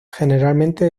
generalmente